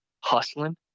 hustling